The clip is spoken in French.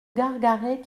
gargaret